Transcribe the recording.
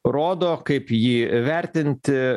rodo kaip jį vertinti